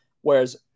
Whereas